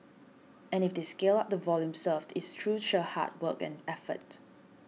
and if they scale up the volume served it's through sheer hard work and effort